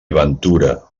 ventura